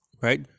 right